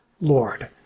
Lord